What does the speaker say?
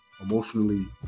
emotionally